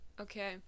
okay